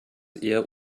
eher